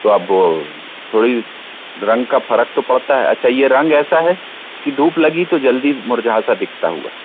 तो अब थोड़ी रंग का फ़र्क तो पड़ता है अच्छा यह रंग ऐसा है की धूप लगी तो जल्दी मुरझा सा दिखता हुआ